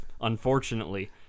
unfortunately